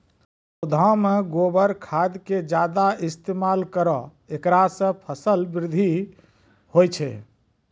पौधा मे गोबर खाद के ज्यादा इस्तेमाल करौ ऐकरा से फसल बृद्धि होय छै?